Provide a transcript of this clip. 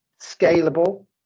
scalable